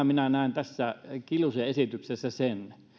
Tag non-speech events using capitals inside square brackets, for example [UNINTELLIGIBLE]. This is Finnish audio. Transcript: [UNINTELLIGIBLE] minä näen tässä kiljusen esityksessä sen